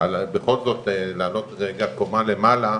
לעלות רגע קומה למעלה,